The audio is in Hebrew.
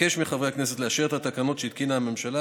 אבקש מחברי הכנסת לאשר את התקנות שהתקינה בממשלה